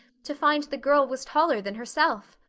to find the girl was taller than herself.